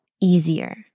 easier